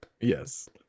Yes